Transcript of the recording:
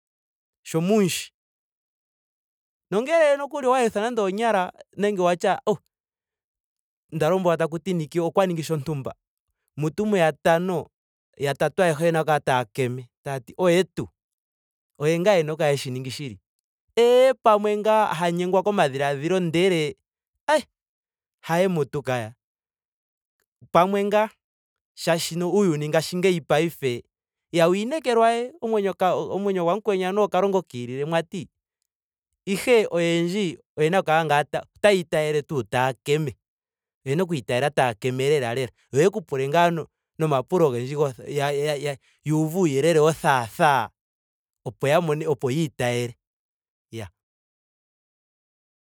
Sho mu mushi. nongele nokuli owa yelutha nando onyala nenge wati ashike oo! Nda lombwelwa taku ti niki okwa ningi shontumba. mutu muyatano. yatatu ayehe oyena oku kala taya keme taati oye tuu? Oye ngaa ena oku kala eshi ningi shili? Eee pamwe ngaa a nyengwa komadhiladhilo ndele ayee haye mutu kaya. Pamwe ngaa. Shaashi uuyuni paife ihawuu inekelwa we. omwenyo kagu omwenyo gwamukweni anuwa okalongo kiilile mwati. ihe oyendji oyena oku kala ngaa otaya itayele tuu taa keme. Oyene okwiitaala taa keme. lela lela. Yo yeku pule ngaa no- nomapulo ogendji gotha ya- ya yuuve uuyelele wothatha opo ya monne opo yiitaale. Iyaa